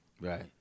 Right